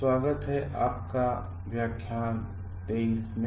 स्वागत है आपका इस व्याख्यान २३ में